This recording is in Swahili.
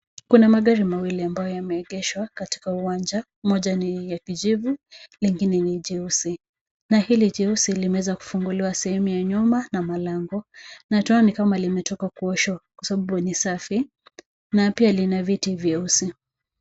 Kuna magari mawili ambayo yameegeshwa katika uwanja. Moja ni ya kijivu, lingine ni jeusi, na hili jeusi limeweza kufunguliwa sehemu ya nyuma na milango, na tunaona ni kama limetoka kuoshwa kwa sababu ni safi na pia lina viti vyeusi.